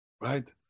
right